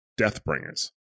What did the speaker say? Deathbringers